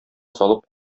салып